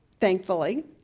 thankfully